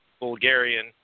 Bulgarian